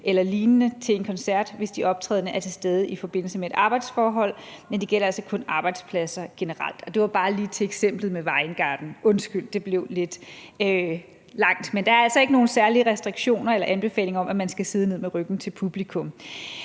eller lignende til en koncert, hvis de optrædende er til stede i forbindelse med et arbejdsforhold, men det gælder altså kun arbejdspladser generelt. Og det var bare lige til eksemplet med Vejen Garden. Undskyld, det blev lidt langt, men der er altså ikke nogen særlige restriktioner eller anbefalinger om, at man skal sidde ned med ryggen til publikum.